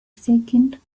second